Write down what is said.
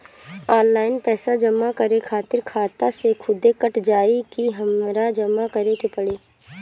Online पैसा जमा करे खातिर खाता से खुदे कट जाई कि हमरा जमा करें के पड़ी?